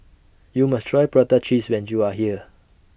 YOU must Try Prata Cheese when YOU Are here